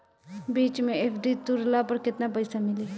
बीच मे एफ.डी तुड़ला पर केतना पईसा मिली?